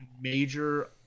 major